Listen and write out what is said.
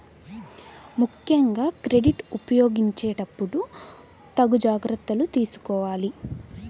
ముక్కెంగా క్రెడిట్ ఉపయోగించేటప్పుడు తగు జాగర్తలు తీసుకోవాలి